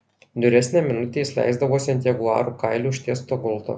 niūresnę minutę jis leisdavosi ant jaguarų kailiu užtiesto gulto